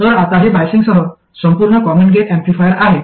तर आता हे बाईजिंगसह संपूर्ण कॉमन गेट ऍम्प्लिफायर आहे